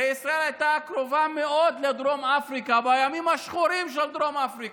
הרי ישראל הייתה קרובה מאוד לדרום אפריקה בימים השחורים של דרום אפריקה,